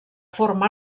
forma